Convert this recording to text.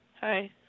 Hi